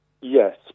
Yes